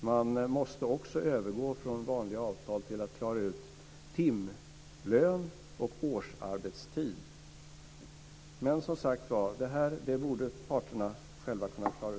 Man måste också övergå från vanliga avtal till att klara ut timlön och årsarbetstid. Men, som sagt var, detta borde parterna själva bäst kunna klara av.